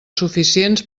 suficients